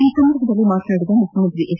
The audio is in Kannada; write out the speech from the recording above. ಈ ಸಂದರ್ಭದಲ್ಲಿ ಮಾತನಾಡಿದ ಮುಖ್ಯಮಂತ್ರಿ ಎಚ್